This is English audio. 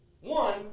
One